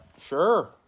Sure